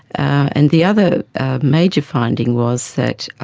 and the other major finding was that